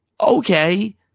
Okay